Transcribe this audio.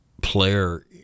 player